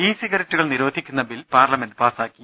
E സിഗററ്റുകൾ നിരോധിക്കുന്ന bill parliament പാസാക്കി